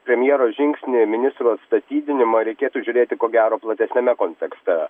premjero žingsnį ministrų atstatydinimą reikėtų žiūrėti ko gero platesniame kontekste